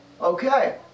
Okay